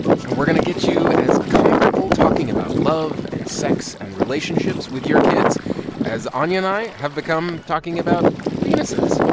we're going to get you as comfortable talking about love and sex and relationships with your kids as anya and i have become talking about penises.